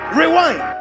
rewind